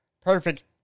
perfect